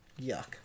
yuck